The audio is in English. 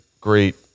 great